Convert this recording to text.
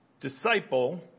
disciple